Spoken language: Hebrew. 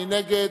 מי נגד?